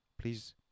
Please